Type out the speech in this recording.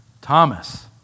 Thomas